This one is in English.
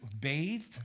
bathed